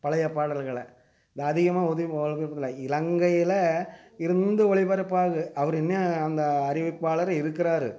பழையப் பாடல்களை அதிகமாக இலங்கையில் இருந்து ஒளிபரப்பாகும் அவர் இன்னும் அந்த அறிவிப்பாளர் இருக்கிறாரு